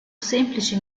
semplici